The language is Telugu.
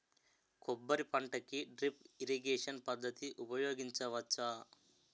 కొబ్బరి పంట కి డ్రిప్ ఇరిగేషన్ పద్ధతి ఉపయగించవచ్చా?